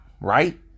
right